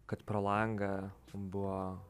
kad pro langą buvo